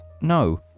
No